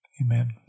Amen